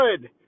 good